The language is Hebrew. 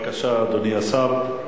בבקשה, אדוני השר.